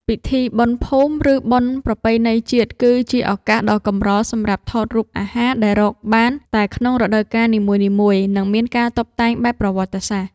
ពិធីបុណ្យភូមិ ឬបុណ្យប្រពៃណីជាតិ គឺជាឱកាសដ៏កម្រសម្រាប់ថតរូបអាហារដែលរកបានតែក្នុងរដូវកាលនីមួយៗ និងមានការតុបតែងបែបប្រវត្តិសាស្ត្រ។